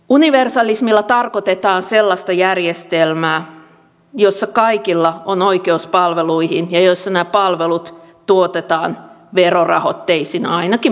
universalismilla tarkoitetaan sellaista järjestelmää jossa kaikilla on oikeus palveluihin ja jossa nämä palvelut tuotetaan verorahoitteisina ainakin pääosin